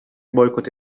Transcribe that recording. boykot